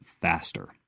faster